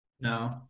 No